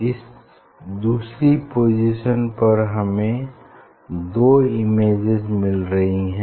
इस दूसरी पोजीशन पर हमें दो इमेजेज मिल रही है